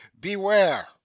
beware